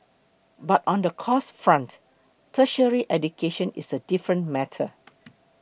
but on the costs front tertiary education is a different matter